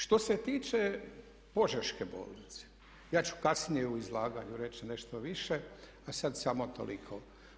Što se tiče Požeške bolnice ja ću kasnije u izlaganju reći nešto više, a sad samo toliko.